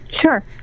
Sure